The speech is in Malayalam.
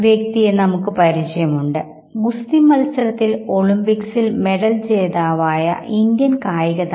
നിങ്ങളുടെ നിങ്ങളുമായി പൊരുത്തപ്പെട്ടു പോകുന്ന ഒരു സന്ദർഭമാണ് രണ്ടാമതായി ആയി കാണുന്നത്